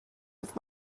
with